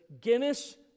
Guinness